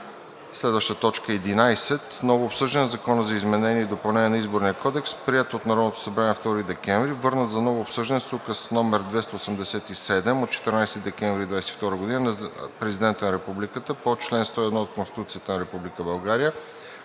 декември 2022 г. 11. Ново обсъждане на Закона за изменение и допълнение на Изборния кодекс, приет от Народното събрание на 2 декември 2022 г., върнат за ново обсъждане с Указ № 287 от 14 декември 2022 г. на Президента на Републиката по чл. 101 от Конституцията на Република България